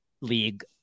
league